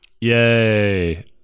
yay